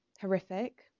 horrific